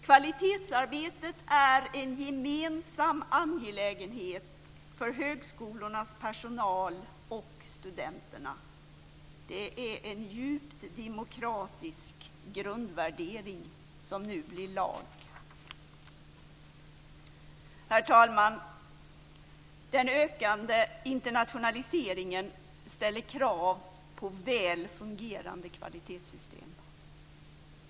Kvalitetsarbetet är en gemensam angelägenhet för högskolornas personal och studenterna. Det är en djupt demokratisk grundvärdering som nu blir lag. Herr talman! Den ökande internationaliseringen ställer krav på väl fungerande kvalitetssystem.